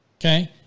okay